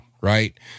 right